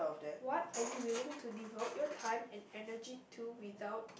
what are you willing to devote your time and energy to without